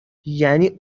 یعنی